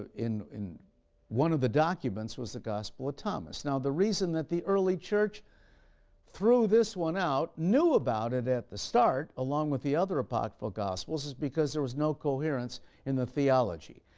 in in one of the documents was the gospel of thomas. now the reason that the early church threw this one out, knew about it at the start along with the other apocryphal gospels, is because there was no coherence in the theology.